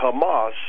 Hamas